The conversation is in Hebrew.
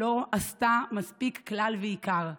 לא עשתה מספיק כלל ועיקר.